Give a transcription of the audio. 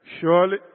Surely